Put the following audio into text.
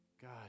God